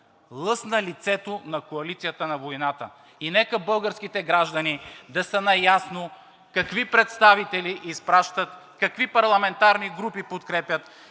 Лъсна лицето на коалицията на войната и нека българските граждани да са наясно какви представители изпращат, какви парламентарни групи подкрепят